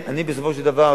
בסופו של דבר,